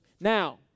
Now